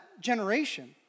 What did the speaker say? generation